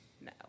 no